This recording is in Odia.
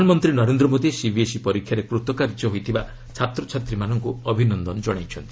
ପ୍ରଧାନମନ୍ତ୍ରୀ ନରେନ୍ଦ୍ର ମୋଦି ସିବିଏସ୍ଇ ପରୀକ୍ଷାରେ କୂତକାର୍ଯ୍ୟ ହୋଇଥିବା ଛାତ୍ରଛାତ୍ରୀମାନଙ୍କୁ ଅଭିନନ୍ଦନ ଜଣାଇଛନ୍ତି